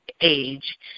age